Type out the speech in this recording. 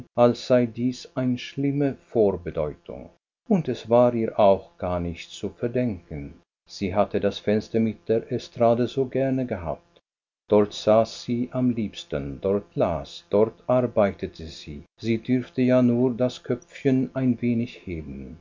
als sei dies eine schlimme vorbedeutung und es war ihr auch gar nicht zu verdenken sie hatte das fenster mit der estrade so gerne gehabt dort saß sie am liebsten dort las dort arbeitete sie sie durfte ja nur das köpfchen ein wenig heben